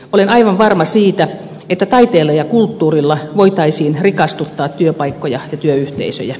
olen aivan varma siitä että taiteella ja kulttuurilla voitaisiin rikastuttaa työpaikkoja ja työyhteisöjä